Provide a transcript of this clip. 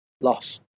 loss